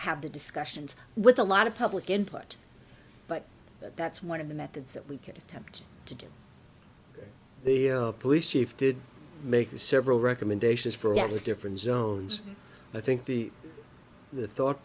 have the discussions with a lot of public input but that's one of the methods that we could attempt to do the police chief did make several recommendations for a lot of different zones i think the the thought